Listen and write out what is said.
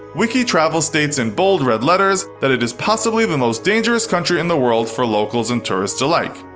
wikitravel states in bold red letters that it is possibly the most dangerous country in the world for locals and tourists alike.